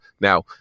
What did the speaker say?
Now